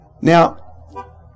Now